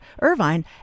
Irvine